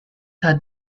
had